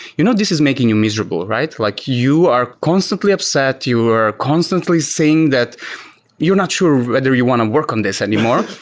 you know, this is making you miserable, right? like you are constantly upset. you are constantly saying that you're not sure whether you want to work on this anymore,